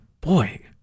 Boy